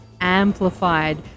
amplified